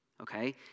okay